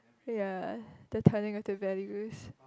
ya the telling of the valley wish